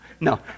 no